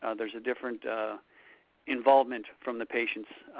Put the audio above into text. ah there is a different involvement from the patients.